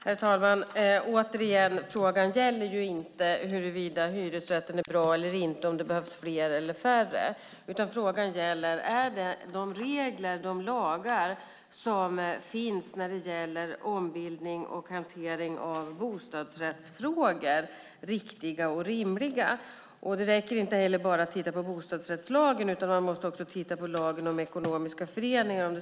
Herr talman! Återigen: Frågan gäller inte huruvida hyresrätten är bra eller inte och om det behövs fler eller färre hyresrätter, utan frågan gäller: Är de regler och lagar som finns när det gäller ombildning och hantering av bostadsrättsfrågor riktiga och rimliga? Det räcker inte heller att titta bara på bostadsrättslagen, utan man måste också titta på lagen om ekonomiska föreningar.